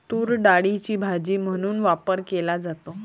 तूरडाळीचा भाजी म्हणून वापर केला जातो